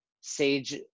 sage